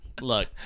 Look